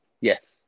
Yes